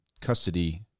custody